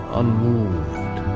unmoved